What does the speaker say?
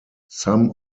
some